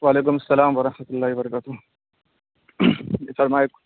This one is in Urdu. وعلیکم السّلام ورحمۃ اللہ وبرکاتہ فرمائے